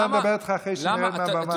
על זה אני אדבר איתך אחרי שאני ארד מהבמה.